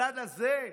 הצד הזה,